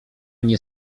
nie